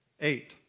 Eight